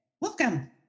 Welcome